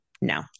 No